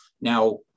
Now